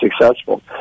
successful